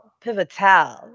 pivotal